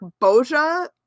Boja